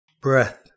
breath